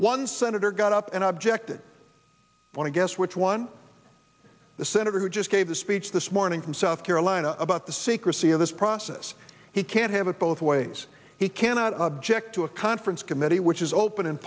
one senator got up and objected i want to guess which one the senator who just gave a speech this morning from south carolina about the secrecy of this process he can't have it both ways he cannot object to a conference committee which is open in